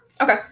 Okay